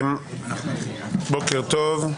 בוקר טוב.